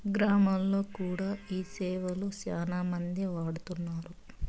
గ్రామాల్లో కూడా ఈ సేవలు శ్యానా మందే వాడుతున్నారు